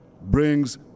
brings